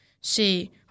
See